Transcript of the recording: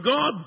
God